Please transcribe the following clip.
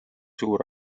suur